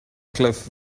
cliff